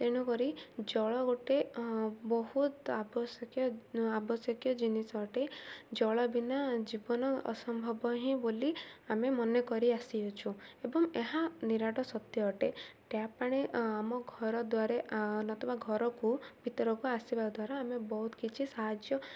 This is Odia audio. ତେଣୁକରି ଜଳ ଗୋଟେ ବହୁତ ଆବଶ୍ୟକୀୟ ଆବଶ୍ୟକୀୟ ଜିନିଷ ଅଟେ ଜଳ ବିନା ଜୀବନ ଅସମ୍ଭବ ହିଁ ବୋଲି ଆମେ ମନେକରି ଆସିଅଛୁ ଏବଂ ଏହା ନିରାଟ ସତ୍ୟ ଅଟେ ଟ୍ୟାପ୍ ପାଣି ଆମ ଘରଦ୍ୱାର ଅଥବା ଘରକୁ ଭିତରକୁ ଆସିବା ଦ୍ୱାରା ଆମେ ବହୁତ କିଛି ସାହାଯ୍ୟ